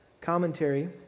commentary